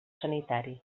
sanitari